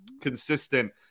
consistent